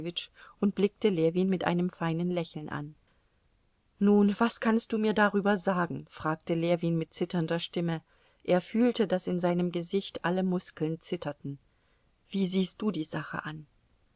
und blickte ljewin mit einem feinen lächeln an nun was kannst du mir darüber sagen fragte ljewin mit zitternder stimme er fühlte daß in seinem gesicht alle muskeln zitterten wie siehst du die sache an